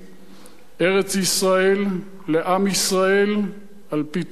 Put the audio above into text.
ארץ-ישראל לעם ישראל על-פי תורת ישראל.